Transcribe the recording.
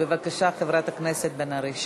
בבקשה, חברת הכנסת בן ארי.